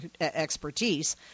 expertise